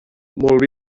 molt